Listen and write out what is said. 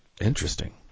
Interesting